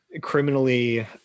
criminally